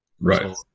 Right